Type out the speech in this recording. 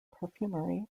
perfumery